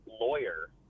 lawyer